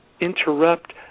interrupt